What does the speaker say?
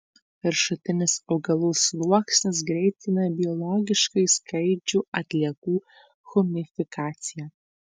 viršutinis augalų sluoksnis greitina biologiškai skaidžių atliekų humifikaciją